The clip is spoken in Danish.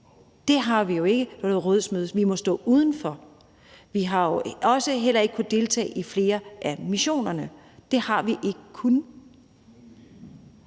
Det har vi jo ikke på rådsmødet. Vi må stå udenfor. Vi har jo heller ikke kunnet deltage i flere af missionerne. Det har vi ikke kunnet.